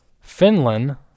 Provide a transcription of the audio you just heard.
Finland